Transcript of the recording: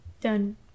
done